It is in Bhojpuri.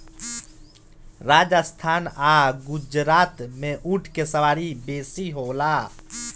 राजस्थान आ गुजरात में ऊँट के सवारी बेसी होला